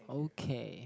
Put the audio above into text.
okay